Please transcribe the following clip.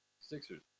Sixers